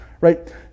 right